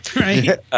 Right